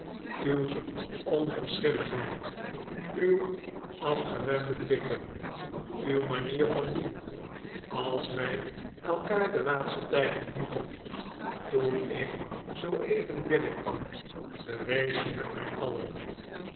uw onverschilligheid uw afgewende blikken uw manier van doen als wij elkaar den laatsten tijd ontmoetten toen ik zooeven binnenkwam bewezen het mij alle